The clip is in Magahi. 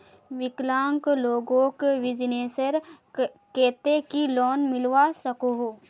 विकलांग लोगोक बिजनेसर केते की लोन मिलवा सकोहो?